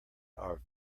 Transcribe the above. are